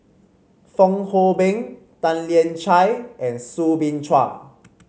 Fong Hoe Beng Tan Lian Chye and Soo Bin Chua